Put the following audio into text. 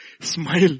Smile